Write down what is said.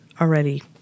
already